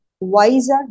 Wiser